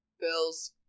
Bills